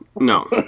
No